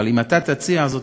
אבל אם תציע זאת,